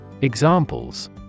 Examples